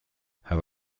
have